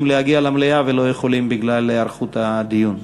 להגיע למליאה ולא יכולים בגלל התארכות הדיון.